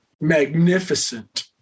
magnificent